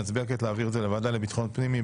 נצביע להעביר את זה לוועדה לביטחון הפנים.